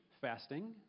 fasting